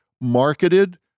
marketed